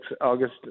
August